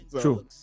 True